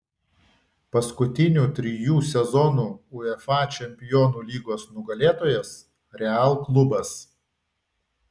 paskutinių trijų sezonų uefa čempionų lygos nugalėtojas real klubas